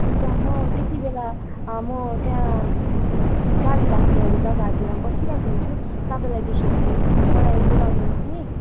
हुन्छ म त्यतिबेला म त्यहाँ गाडी राख्नेहरू जग्गाहरूतिर बसिरहेको हुन्छु तपाईँलाई देख्यो भने मलाई बोलाउनुहोस् नि